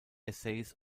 essays